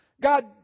God